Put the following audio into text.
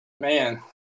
man